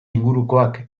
ingurukoak